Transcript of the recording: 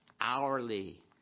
Hourly